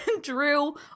drew